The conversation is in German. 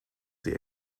sie